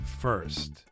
first